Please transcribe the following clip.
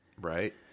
Right